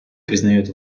признает